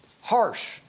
harsh